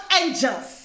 angels